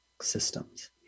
systems